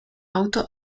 auto